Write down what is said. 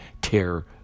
tear